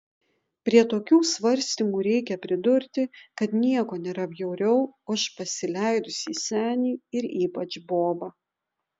prie tokių svarstymų reikia pridurti kad nieko nėra bjauriau už pasileidusį senį ir ypač bobą